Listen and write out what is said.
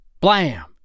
Blam